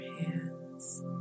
hands